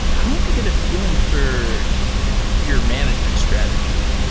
i want to get a feeling for your management strategy.